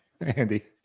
Andy